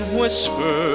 whisper